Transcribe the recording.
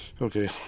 Okay